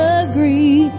agree